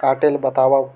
काटेल बतावव?